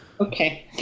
Okay